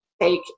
take